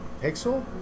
Pixel